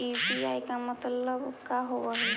UPI मतलब का होब हइ?